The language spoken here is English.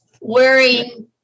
wearing